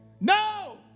No